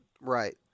right